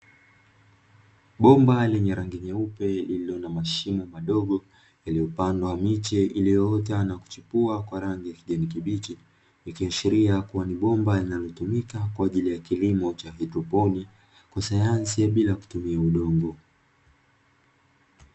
Bomba lenye rangi nyeupe lililo na mashimo madogo iliyopandwa miche iliyoota na kuchipua kwa rangi ya kijania kibichi, ikiashiria ni bomba linalotumika kwa ajili ya kilimo cha hadroponi kwa sayansi ya bila kutumia udongo.